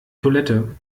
toilette